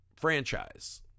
franchise